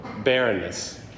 barrenness